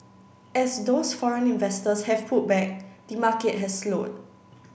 as those foreign investors have pulled back the market has slowed